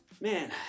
Man